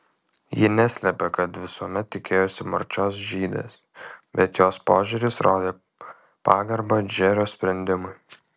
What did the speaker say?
ji neslėpė kad visuomet tikėjosi marčios žydės bet jos požiūris rodė pagarbą džerio sprendimui